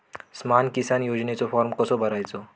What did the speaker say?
स्माम किसान योजनेचो फॉर्म कसो भरायचो?